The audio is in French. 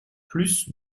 plus